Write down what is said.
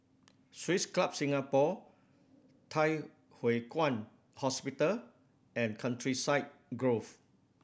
Swiss Club Singapore Thye Hua Kwan Hospital and Countryside Grove